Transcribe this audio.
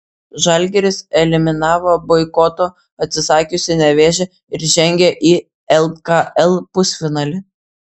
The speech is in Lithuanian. žalgiris eliminavo boikoto atsisakiusį nevėžį ir žengė į lkl pusfinalį